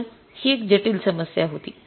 तर ही एक जटिल समस्या होती